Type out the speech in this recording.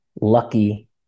lucky